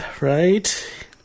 right